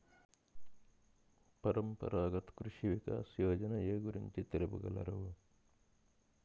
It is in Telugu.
పరంపరాగత్ కృషి వికాస్ యోజన ఏ గురించి తెలుపగలరు?